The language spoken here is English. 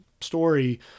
story